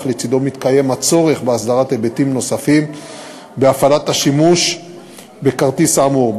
אך לצדו מתקיים הצורך בהסדרת היבטים נוספים בהפעלת השימוש בכרטיס האמור.